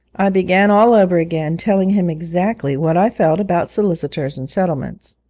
began all over again, telling him exactly what i felt about solicitors and settlements.